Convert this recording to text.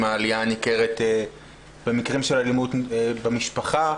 העלייה הניכרת במקרים של אלימות במשפחה,